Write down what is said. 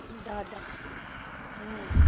दऽ देबै हम